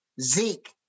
Zeke